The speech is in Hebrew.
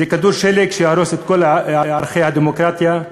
זה כדור שלג שיהרוס את כל ערכי הדמוקרטיה.